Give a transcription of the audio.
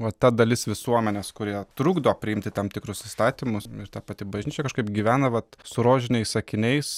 va ta dalis visuomenės kurie trukdo priimti tam tikrus įstatymus ir ta pati bažnyčia kažkaip gyvena vat su rožiniais akiniais